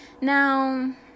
Now